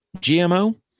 GMO